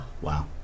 Wow